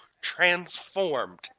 transformed